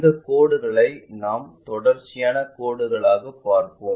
இந்த கோடுகளை நாம் தொடர்ச்சியான கோடுகளாகப் பார்ப்போம்